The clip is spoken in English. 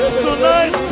tonight